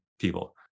people